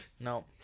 No